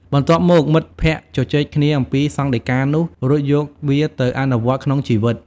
បន្ទាប់មក មិត្តភក្តិជជែកគ្នាអំពីសង្ឃដីកានោះ រួចយកវាទៅអនុវត្តក្នុងជីវិត។